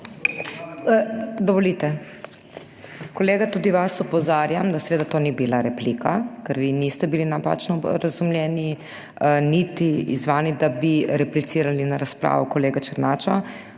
Dovolite. Kolega, tudi vas opozarjam, da seveda to ni bila replika, ker vi niste bili napačno razumljeni niti izzvani, da bi replicirali na razpravo kolega Černača.